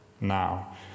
now